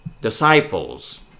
disciples